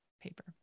paper